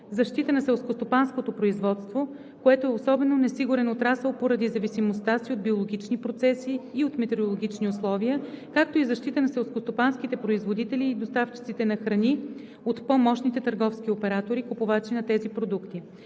защита на селскостопанското производство, което е особено несигурен отрасъл поради зависимостта си от биологични процеси и от метеорологичните условия, както и защита на селскостопанските производители и доставчиците на храни от по-мощните търговски оператори – купувачи на тези продукти.